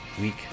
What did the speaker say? week